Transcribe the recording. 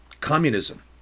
communism